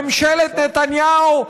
ממשלת נתניהו,